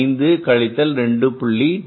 5 கழித்தல் 2